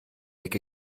ecke